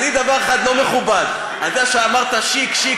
דבר אחד לא מכובד, אתה שאמרת "שיק, שיק.